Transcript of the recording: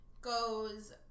goes